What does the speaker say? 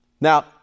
Now